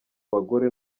bagore